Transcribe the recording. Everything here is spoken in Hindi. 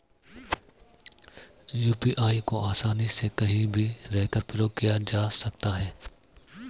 यू.पी.आई को आसानी से कहीं भी रहकर प्रयोग किया जा सकता है